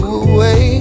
away